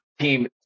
Team